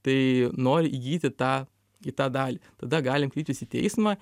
tai nori įgyti tą į tą dalį tada galim kreiptis į teismą